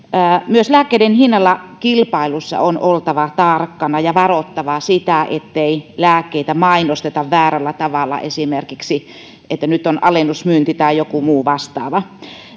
myös lääkkeiden hinnalla kilpailussa on oltava tarkkana ja varottava sitä ettei lääkkeitä mainosteta väärällä tavalla esimerkiksi että nyt on alennusmyynti tai joku muu vastaava